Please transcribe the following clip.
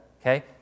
Okay